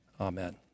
amen